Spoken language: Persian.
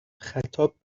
خطاب